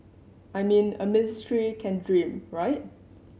I mean a ministry can dream right